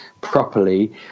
properly